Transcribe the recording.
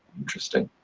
interesting.